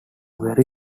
very